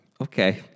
okay